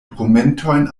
dokumentojn